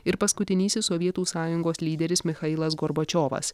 ir paskutinysis sovietų sąjungos lyderis michailas gorbačiovas